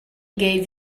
gave